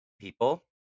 people